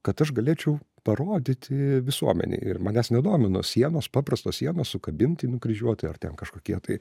kad aš galėčiau parodyti visuomenei ir manęs nedomino sienos paprastos sienos sukabinti nukryžiuotojai ar ten kažkokie tai